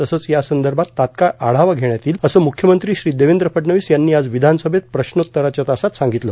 तसंच यासंदर्भात तत्काळ आढावा घेण्यात येईल असं म्रुख्यमंत्री श्री देवेंद्र फडणवीस यांनी आज विधानसभेत प्रश्नोत्तराच्या तासात सांगितलं